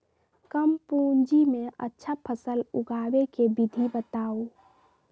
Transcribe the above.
कम पूंजी में अच्छा फसल उगाबे के विधि बताउ?